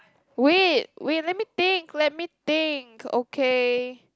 wait wait let me think let me think okay